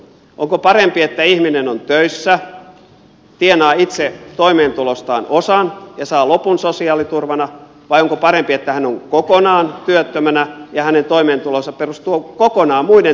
onko parempi että ihminen on töissä tienaa itse toimeentulostaan osan ja saa lopun sosiaaliturvana vai onko parempi että hän on kokonaan työttömänä ja hänen toimeentulonsa perustuu kokonaan muiden tekemään työhön